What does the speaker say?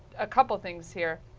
a couple things here.